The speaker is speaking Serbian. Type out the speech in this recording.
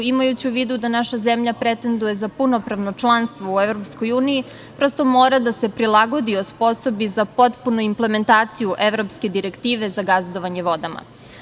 Imajući u vidu da naša zemlja pretenduje za punopravno članstvo u Evropskoj uniji, prosto mora da se prilagodi i osposobi za potpunu implementaciju Evropske direktive za gazdovanje vodama.